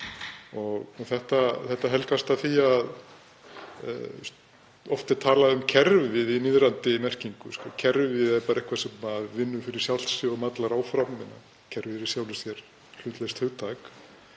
Þetta helgast af því að oft er talað um kerfið í niðrandi merkingu; kerfið er bara eitthvað sem vinnur fyrir sjálft sig og mallar áfram. Kerfið er í sjálfu sér hlutlaust hugtak